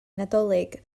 nadolig